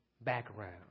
background